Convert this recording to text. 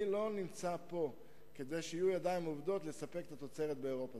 אני לא נמצא פה כדי שיהיו ידיים עובדות לספק את התוצרת באירופה,